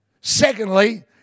Secondly